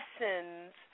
lessons